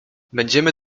będziemy